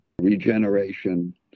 regeneration